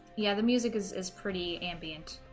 yeah the music is is pretty ambient